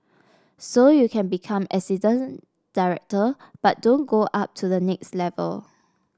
so you can become assistant director but don't go up to the next level